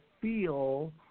feel